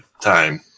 time